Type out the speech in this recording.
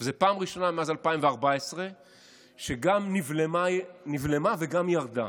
וזו פעם ראשונה מאז 2014 שהיא גם נבלמה וגם ירדה.